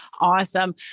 awesome